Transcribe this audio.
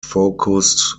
focussed